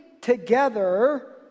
together